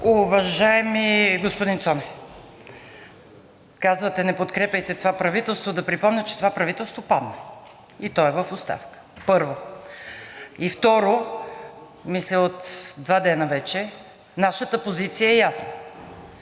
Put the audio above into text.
Уважаеми господин Цонев, казвате: не подкрепяйте това правителство, да припомня, че това правителство падна и то е в оставка. Първо. Второ, мисля, от два дена вече нашата позиция е ясна.